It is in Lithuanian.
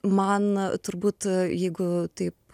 man turbūt jeigu taip